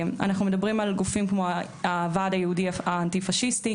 אנחנו מדברים על גופים כמו הוועד היהודי האנטי פשיסטי